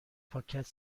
پاکت